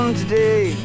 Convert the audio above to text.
today